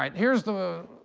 um here's the